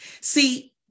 see